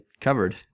covered